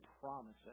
promise